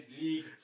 League